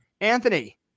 Anthony